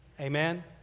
amen